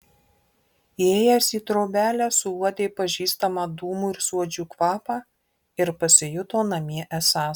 įėjęs į trobelę suuodė pažįstamą dūmų ir suodžių kvapą ir pasijuto namie esąs